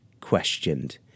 questioned